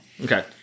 Okay